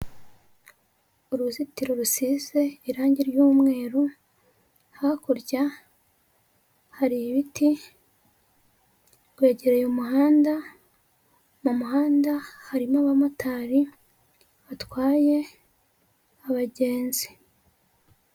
Uruzitiro rusize irangi ry'umweru, hakurya hari ibiti, rwegereye umuhanda, mu muhanda harimo abamotari batwaye abagenzi.